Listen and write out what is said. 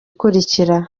ikurikira